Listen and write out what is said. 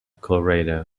colorado